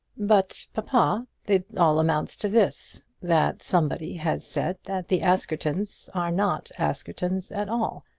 but, papa, it all amounts to this that somebody has said that the askertons are not askertons at all,